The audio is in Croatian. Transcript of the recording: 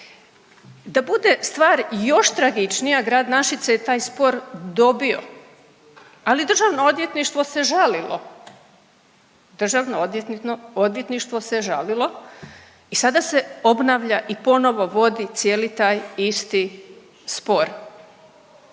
Da bude stvar još tragičnija grad Našice je taj spor dobio, ali Državno odvjetništvo se žalilo. Državno odvjetništvo se žalilo i sada se obnavlja i ponovno vodi cijeli taj isti spor.